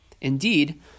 Indeed